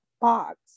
box